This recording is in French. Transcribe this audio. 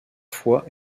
fois